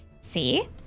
See